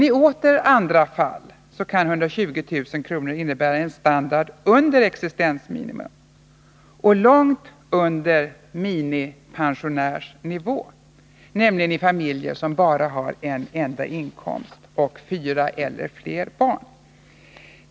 I åter andra fall kan 120 000 kr. innebära en standard under existensminimum — och långt under minimipensionärsnivå — nämligen i familjer som bara har en enda inkomst och fyra eller fler barn.